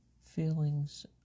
feelings